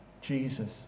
Jesus